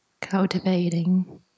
cultivating